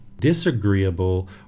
disagreeable